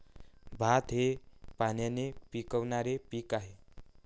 भात हे पाण्याने पिकणारे पीक आहे